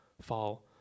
fall